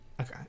okay